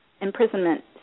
imprisonment